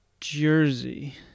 Jersey